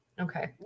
Okay